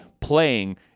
playing